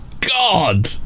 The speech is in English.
god